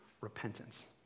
repentance